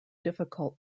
difficult